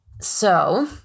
so-